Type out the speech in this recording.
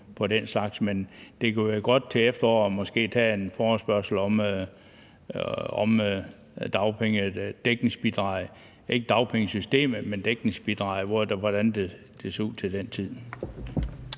Men det kunne være godt til efteråret måske at tage en forespørgselsdebat om dagpenge og dækningsbidraget – ikke dagpengesystemet, men dækningsbidraget – og se, hvordan det ser ud til den tid.